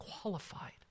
qualified